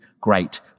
great